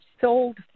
sold